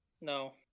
No